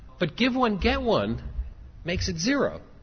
but give one-get one makes it zero,